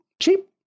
cheap